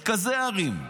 מרכזי הערים,